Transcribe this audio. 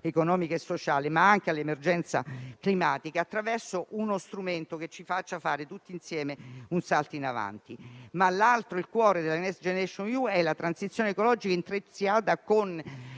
economica e sociale, ma anche a quella climatica, attraverso uno strumento che ci faccia fare, tutti insieme, un salto in avanti. Ma il cuore del Next generation EU è la transizione ecologica intrecciata con